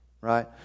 right